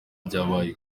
byabaye